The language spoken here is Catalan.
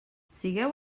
sigueu